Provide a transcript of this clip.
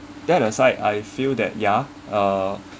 that aside I feel that ya uh